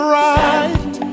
right